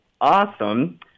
Awesome